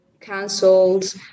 cancelled